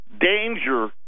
danger